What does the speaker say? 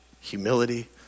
humility